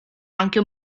anche